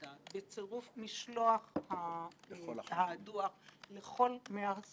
ישיבת הוועדה יהווה לעניין זה תחליף הנחה.